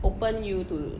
open you to